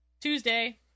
Tuesday